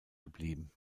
geblieben